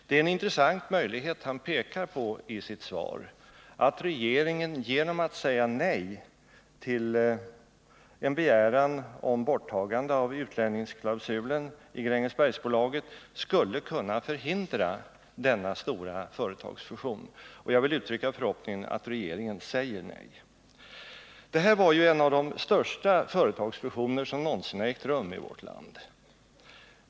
Det är en intressant möjlighet som Nils Åsling pekar på i sitt svar, nämligen den att regeringen genom att säga nej till en begäran om borttagande av utlänningsklausulen i Grängesbergsbolaget skulle kunna förhindra denna stora företagsfusion. Jag vill uttrycka förhoppningen att regeringen säger nej. Det här skulle ju vara en av de största företagsfusioner som någonsin har ägt rum i vårt land.